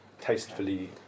tastefully